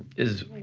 is